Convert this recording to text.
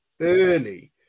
early